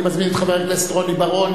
אני מזמין את חבר הכנסת רוני בר-און.